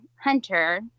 hunter